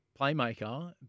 playmaker